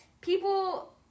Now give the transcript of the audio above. people